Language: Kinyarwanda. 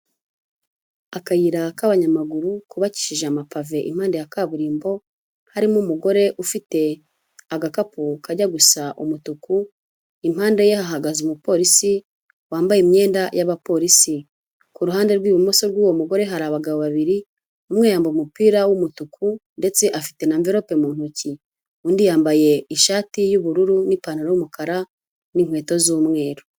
Akayira k'abanyamaguru kubakishije amapave impande ya kaburimbo, harimo umugore ufite agakapu kajya gusa umutuku, impande ye hahagaze umupolisi wambaye imyenda y'abapolisi; ku ruhande rw'ibumoso bw'uwo mugore hari abagabo babiri, umwe yambaye umupira w'umutuku ndetse afite n'amverope mu ntoki, undi yambaye ishati y'ubururu n'ipantaro y'umukara n'inkweto z'umweru.